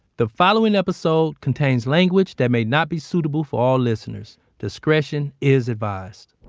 the following episode contains language that may not be suitable for all listeners. discretion is advised.